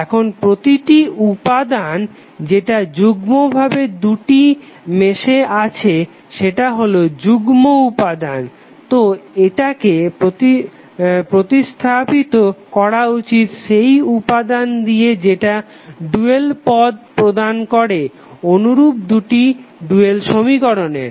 এখন প্রতিটি উপাদান যেটা যুগ্মভাবে দুটি মেশে আছে সেটা হলো যুগ্ম উপাদান তো এটাকে প্রতিস্থাপিত করা উচিত সেই উপাদান দিয়ে যেটা ডুয়াল পদ প্রদান করে অনুরূপ দুটি নোডাল সমীকরণের